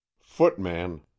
footman